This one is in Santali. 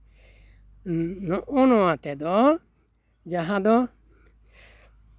ᱱᱚᱜᱼᱚᱭ ᱱᱚᱣᱟ ᱛᱮᱫᱚ ᱡᱟᱦᱟᱸ ᱫᱚ